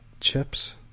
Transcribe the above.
Chips